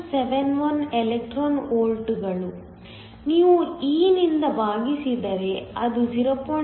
71 electron ವೋಲ್ಟ್ಗಳು ನೀವು e ನಿಂದ ಭಾಗಿಸಿದರೆ ಅದು 0